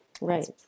right